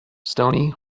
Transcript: stony